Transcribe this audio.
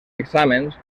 exàmens